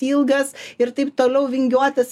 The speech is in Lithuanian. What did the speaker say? ilgas ir taip toliau vingiuotas